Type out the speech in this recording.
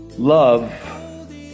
Love